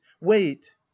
wait